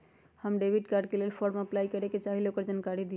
हम debit card के लेल फॉर्म अपलाई करे के चाहीं ल ओकर जानकारी दीउ?